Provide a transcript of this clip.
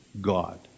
God